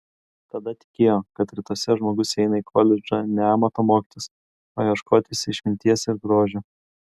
tada tikėjo kad rytuose žmogus eina į koledžą ne amato mokytis o ieškoti išminties ir grožio